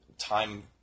time